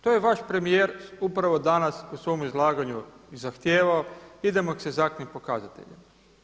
To je vaš premijer upravo danas u svom izlaganju zahtijevao idemo sa egzaktnim pokazateljima.